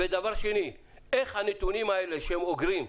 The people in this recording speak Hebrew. דבר שני, איך נתונים האלה שהם אוגרים נשמרים,